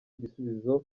ibisubizo